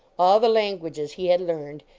all the languages he had learned,